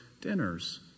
dinners